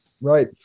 Right